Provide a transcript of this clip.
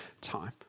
time